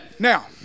Now